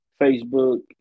Facebook